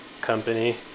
Company